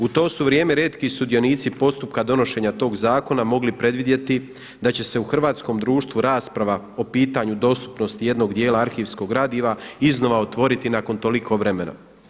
U to su vrijeme rijetki sudionici postupka donošenja tog zakona mogli predvidjeti da će se u hrvatskom društvu rasprava o pitanju dostupnosti jednog dijela arhivskog gradiva iznova otvoriti nakon toliko vremena.